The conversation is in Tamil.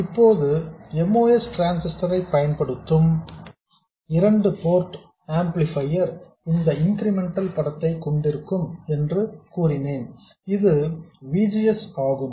இப்போது MOS டிரான்ஸிஸ்டர் ஐ பயன்படுத்தும் இரண்டு போர்ட் ஆம்ப்ளிபையர் இந்த இன்கிரிமெண்டல் படத்தை கொண்டிருக்கும் என்று சொன்னேன் இது V G S ஆகும்